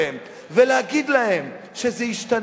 ואין לי ספק שגם,